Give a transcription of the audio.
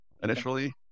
initially